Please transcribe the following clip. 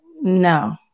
no